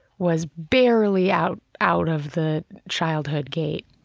was barely out out of the childhood gate,